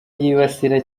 yibasira